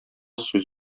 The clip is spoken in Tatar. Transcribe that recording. сүз